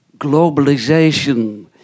Globalization